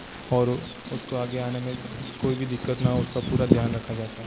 और उसको आगे आने में कोई भी दिक्कत ना हो उसका पूरा ध्यान रखा जाता है